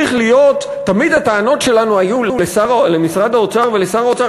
תמיד הטענות שלנו היו לשר האוצר ולמשרד האוצר,